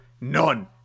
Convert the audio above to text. none